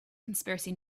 conspiracy